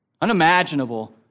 unimaginable